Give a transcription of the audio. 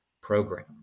program